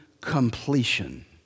completion